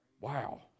Wow